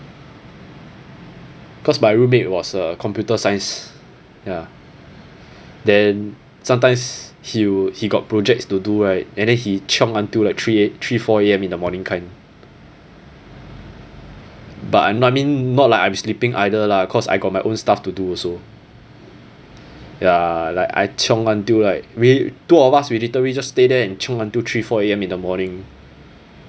cause my roommate was a computer science ya then sometimes he would he got projects to do right and then he chiong until like three A~ three four A_M in the morning kind but I'm not mean not like I'm sleeping either lah cause I got my own stuff to do so ya like I chiong until like really two of us we literally just stay there and chiong until three four A_M in the morning